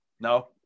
No